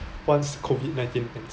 once COVID nineteen ends